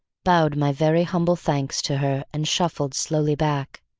bowed my very humble thanks to her and shuffled slowly back.